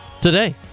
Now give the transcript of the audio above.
today